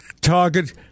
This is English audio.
target